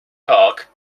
park